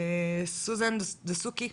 סוזן דסוקי.